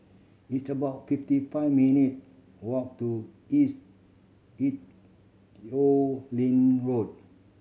it's about fifty five minute walk to East Ee Teow Leng Road